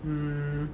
mm